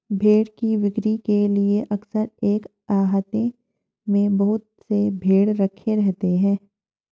भेंड़ की बिक्री के लिए अक्सर एक आहते में बहुत से भेंड़ रखे रहते हैं